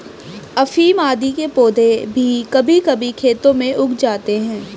अफीम आदि के पौधे भी कभी कभी खेतों में उग जाते हैं